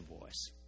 voice